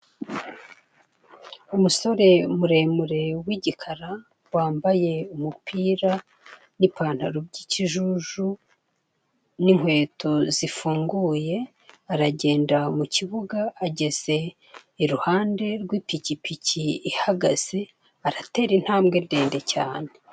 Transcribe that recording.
Umusore muremure w'igikara wambaye umupira n'ipantaro by'ikijuju n'inkweto zifunguye; aragenda mu kibuga, ageze iruhande rw'ipikipiki ihagaze, aratera intambwe ndende cyane.